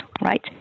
right